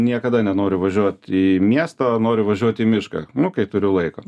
niekada nenoriu važiuot į miestą noriu važiuot į mišką nu kai turiu laiko